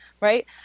right